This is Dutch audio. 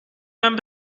mijn